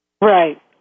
Right